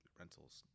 rentals